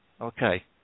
okay